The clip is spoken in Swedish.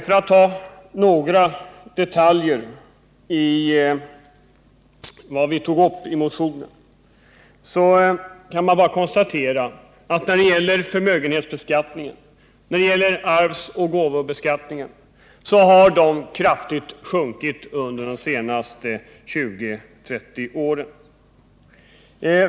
För att ta några detaljer från vår motion kan man konstatera att förmögenhetsbeskattningen och arvsoch gåvobeskattningen har minskat kraftigt under de senaste 20-30 åren.